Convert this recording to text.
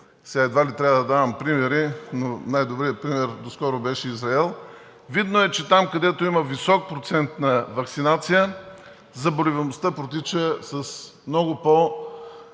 сега едва ли трябва да давам примери, но най-добрият пример доскоро беше Израел – видно е, че там, където има висок процент на ваксинация, заболеваемостта протича с много по-щадящи,